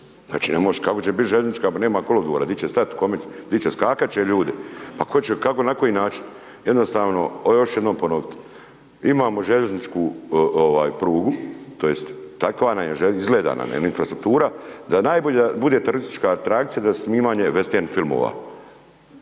možeš, kako će biti željeznička kad nema kolodvora, di će stat, kome, di će, skakat će ljudi, pa ko će, kako, na koji način? Jednostavno, ovo ću još jednom ponovit, imamo željezničku prugu tj. takva nam je, izgleda nam infrastruktura da najbolja bude turistička atrakcija za snimanje vestern filmova,